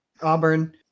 Auburn